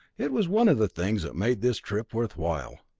it was one of the things that made this trip worthwhile.